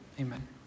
amen